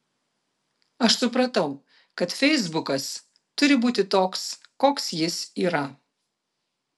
aš supratau kad feisbukas turi būti toks koks jis yra